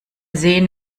sehen